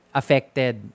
affected